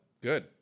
good